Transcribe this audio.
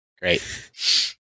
Great